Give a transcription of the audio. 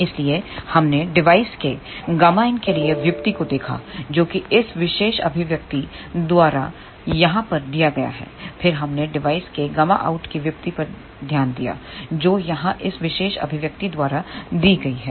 इसलिए हमने डिवाइस के Γin के लिए व्युत्पत्ति को देखा जो कि इस विशेष अभिव्यक्ति द्वारा यहाँ पर दिया गया है फिर हमने डिवाइस के Γout की व्युत्पत्ति पर ध्यान दिया जो यहाँ इस विशेष अभिव्यक्ति द्वारा दी गई है